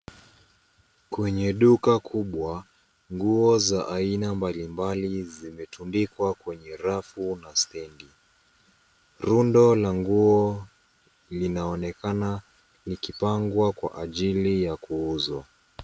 Kwenye duka kubwa, nguo za aina mbalimbali zimetundikwa kwenye rafu na stendi. Rundo la nguo linaonekana likipangwa kwa ajili ya kuuzwa.